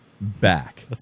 back